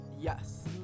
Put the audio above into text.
yes